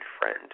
friend